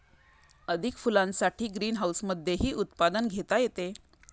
अधिक फुलांसाठी ग्रीनहाऊसमधेही उत्पादन घेता येते